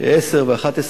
10 ו-11